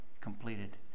completed